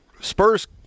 Spurs